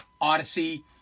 Odyssey